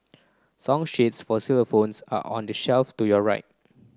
song sheets for xylophones are on the shelf to your right